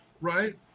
Right